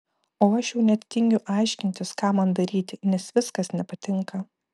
o aš jau net tingiu aiškintis ką man daryti nes viskas nepatinka